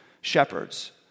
shepherds